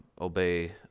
obey